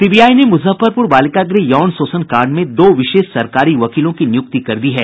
CBI ने मुजफ्फरपुर बालिका गृह यौन शोषण कांड में दो विशेष सरकारी वकीलों की नियुक्ति कर दी है